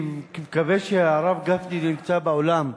מקווה שהרב גפני נמצא באולם.